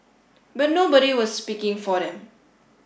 but nobody was speaking for them